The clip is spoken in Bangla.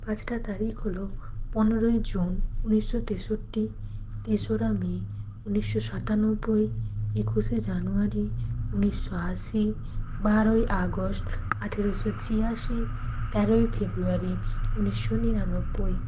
পাঁচটা তারিখ হলো পনেরোই জুন উনিশশো তেষট্টি তেসরা মে উনিশশো সাতানব্বই একুশে জানোয়ারি উনিশশো আশি বারোই আগস্ট আঠারোশো ছিয়াশি তেরোই ফেব্রুয়ারি উনিশশো নিরানব্বই